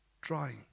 trying